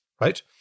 right